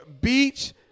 beach